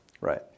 Right